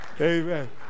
Amen